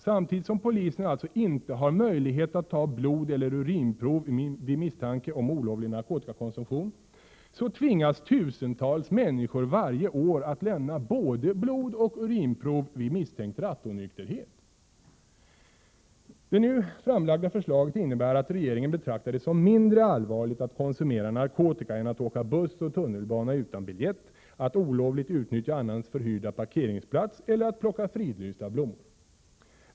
Samtidigt som polisen alltså inte har möjlighet att ta blodoch urinprov vid misstanke om olovlig narkotikakonsumtion, tvingas tusentals människor varje år att lämna både blodoch urinprov vid misstänkt rattonykterhet. Det nu framlagda förslaget innebär att regeringen betraktar det som mindre allvarligt att konsumera narkotika än att åka buss och tunnelbana utan biljett, att olovligt utnyttja annans förhyrda parkeringsplats eller att plocka fridlysta blommor.